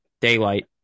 Daylight